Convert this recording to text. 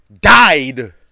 died